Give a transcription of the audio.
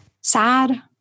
sad